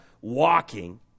walking